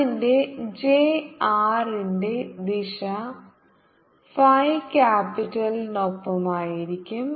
അതിനാൽ j r ന്റെ r ദിശ ഫൈ ക്യാപിറ്റൽ നൊപ്പമായിരിക്കും